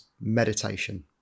meditation